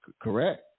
correct